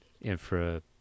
infra